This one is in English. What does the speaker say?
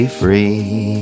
free